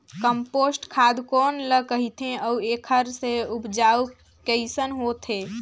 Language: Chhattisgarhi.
कम्पोस्ट खाद कौन ल कहिथे अउ एखर से उपजाऊ कैसन होत हे?